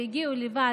שהגיעו לבד,